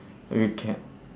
okay can